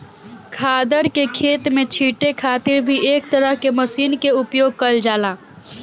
खादर के खेत में छींटे खातिर भी एक तरह के मशीन के उपयोग कईल जाला